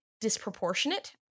disproportionate